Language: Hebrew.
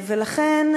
לכן,